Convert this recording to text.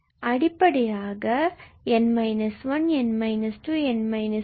அடிப்படையாக 𝑛−1𝑛−2𝑛−3